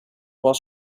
while